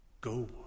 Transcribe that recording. go